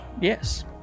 Yes